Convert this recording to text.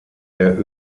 der